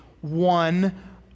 one